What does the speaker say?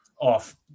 off